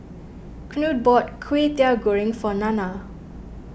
Knute bought Kway Teow Goreng for Nanna